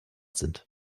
sind